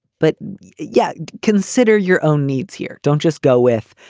but yet, consider your own needs here. don't just go with.